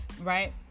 right